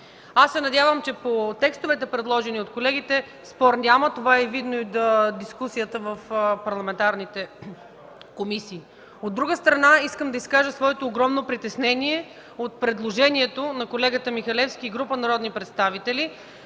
това. Надявам се, че по текстовете, предложени от колегите, спор няма. Това е видно и от дискусията в парламентарните комисии. От друга страна, искам да изразя огромното си притеснение от предложението на колегата Михалевски и група народни представители